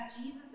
Jesus